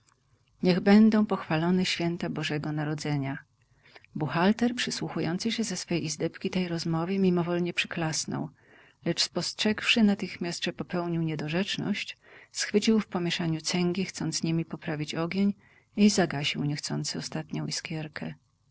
niech będą pochwalone święta bożego narodzenia buchalter przysłuchujący się ze swej izdebki tej rozmowie mimowolnie przyklasnął lecz spostrzegłszy natychmiast że popełnił niedorzeczność schwycił w pomieszaniu cęgi chcąc niemi poprawić ogień i zagasił niechcący ostatnią iskierkę